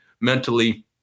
mentally